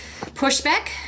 pushback